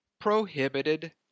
prohibited